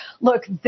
Look